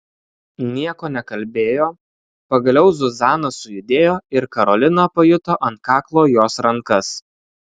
nieko nekalbėjo pagaliau zuzana sujudėjo ir karolina pajuto ant kaklo jos rankas